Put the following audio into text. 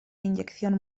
inyección